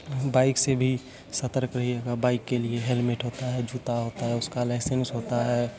bike से भी सतर्क रहिएगा बाइक के लिए हेलमेट होता है जूता होता है उसका लाइसेंस होता है उसको